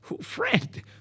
friend